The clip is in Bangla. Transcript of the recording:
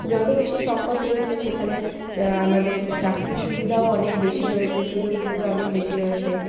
যত বেশি সম্পদ রয়েছে সেখানে আমাদের চাকরির সুবিধাও অনেক বেশি রয়েছে সুযোগ সুবিধা অনেক বেশি রয়েছে